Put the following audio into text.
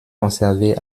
conservé